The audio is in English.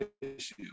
issue